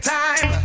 time